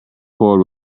cord